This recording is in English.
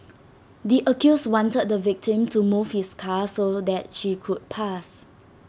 the accused wanted the victim to move his car so that she could pass